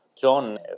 John